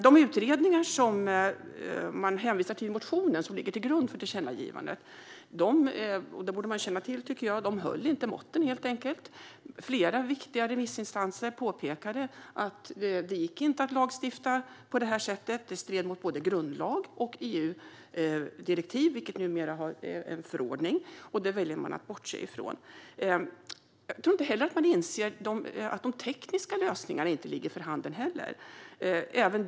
De utredningar som hänvisas till i den motion som ligger till grund för tillkännagivandet höll helt enkelt inte måttet, och detta borde man känna till. Flera viktiga remissinstanser påpekade att det inte gick att lagstifta på detta sätt, för det skulle strida mot både grundlag och ett EU-direktiv som numera är en förordning. Detta väljer oppositionen att bortse från. Jag tror heller inte att oppositionen inser att de tekniska lösningarna inte finns till hands.